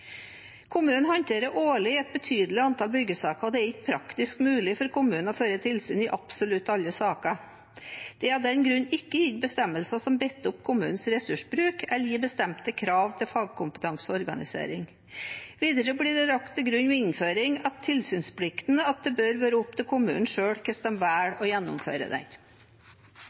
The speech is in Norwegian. Kommunene håndterer årlig et betydelig antall byggesaker, og det er ikke praktisk mulig for kommunene å føre tilsyn i absolutt alle saker. Det er av den grunn ikke gitt bestemmelser som binder opp kommunenes ressursbruk, eller gitt bestemte krav til fagkompetanse og organisering. Videre blir det lagt til grunn ved innføring av tilsynsplikten at det bør være opp til kommunene selv hvordan de velger å gjennomføre den.